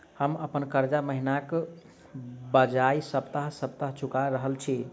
हम अप्पन कर्जा महिनाक बजाय सप्ताह सप्ताह चुका रहल छि